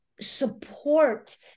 support